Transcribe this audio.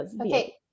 okay